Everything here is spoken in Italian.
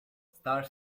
star